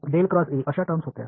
त्यांच्याकडे अशा टर्म्स होत्या